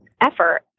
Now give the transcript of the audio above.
effort